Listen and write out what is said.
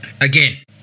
again